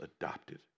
adopted